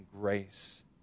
grace